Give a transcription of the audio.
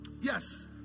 yes